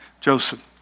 Joseph